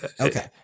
Okay